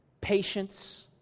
patience